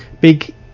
big